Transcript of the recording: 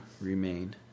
remain